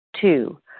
two